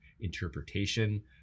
interpretation